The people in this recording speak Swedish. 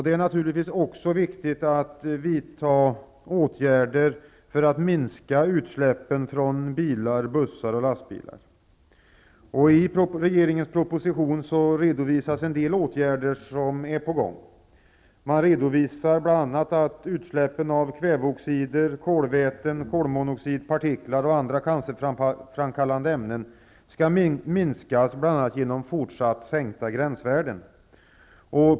Det är naturligtvis viktigt att också vidta olika åtgärder för att minska utsläppen från bilar, bussar och lastbilar. I regeringens proposition redovisas en del åtgärder som är på gång. Man redovisar bl.a. att utsläppen av kväveoxider, kolväten, kolmonoxid, partiklar och andra cancerframkallande ämnen skall minskas bl.a. genom fortsatt sänkta gränsvärden.